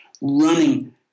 running